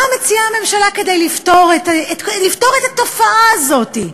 מה מציעה הממשלה כדי לפתור את התופעה הזאת,